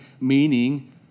meaning